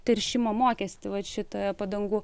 teršimo mokestį vat šitą padangų